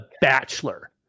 bachelor